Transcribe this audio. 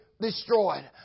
destroyed